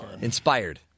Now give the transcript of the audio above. Inspired